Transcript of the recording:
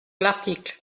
l’article